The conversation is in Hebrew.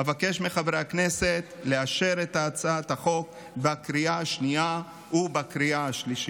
אבקש מחברי הכנסת לאשר את הצעת החוק בקריאה השנייה ובקריאה השלישית.